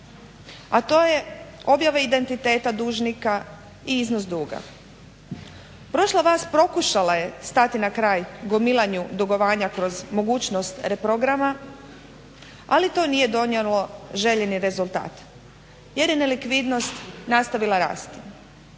a to je objava identiteta dužnika i iznos duga. Prošla vlast pokušala je stati na kraj gomilanju dugovanja kroz mogućnost reprograma, ali to nije donijelo željeni rezultat jer je nelikvidnost nastavila rast.